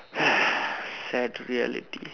sad reality